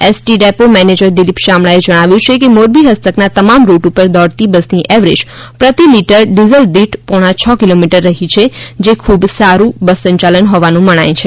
ST depot manager Dilip શામળાએ જણાવ્યુ છે કે મોરબી ફસ્તકના તમામ રૂટ ઉપર દોડતી બસની એવરેજ પ્રતિ લિટર ડીઝલ દીઠ પોણા છ કિલોમીટર રહી છે જે ખૂબ સાડ઼ બસ સંચાલન હોવાનું મનાય છે